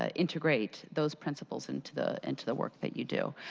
ah integrate those principles into the into the work that you do.